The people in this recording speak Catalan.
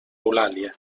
eulàlia